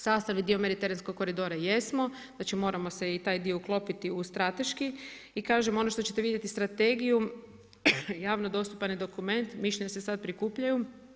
Sastavni dio Mediteranskog koridora jesmo, znači moramo se i u taj dio uklopiti u strateški i kažem, ono što ćete vidjeti strategiju, javno dostupan je dokument, mišljenja se sad prikupljaju.